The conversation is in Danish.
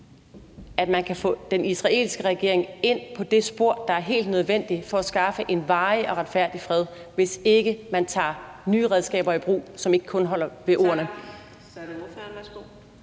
at man kan få den israelske regering ind på det spor, der er helt nødvendigt for at skaffe en varig og retfærdig fred, hvis ikke man tager nye redskaber i brug, som ikke kun er ord?